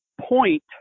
point